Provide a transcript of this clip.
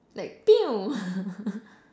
like